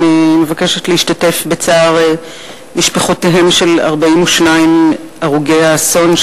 אני מבקשת להשתתף בצער משפחותיהם של 42 הרוגי האסון,